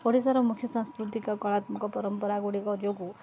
ଓଡ଼ିଶାର ମୁଖ୍ୟ ସାଂସ୍କୃତିକ କଳାତ୍ମକ ପରମ୍ପରାଗୁଡ଼ିକ ଯୋଗୁଁ